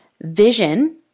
vision